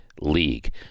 League